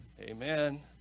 amen